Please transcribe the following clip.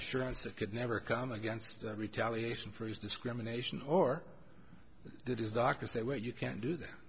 assurance that could never come against retaliation for his discrimination or did his doctor say well you can't do that